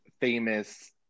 famous